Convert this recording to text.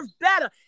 better